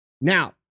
Now